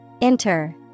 Enter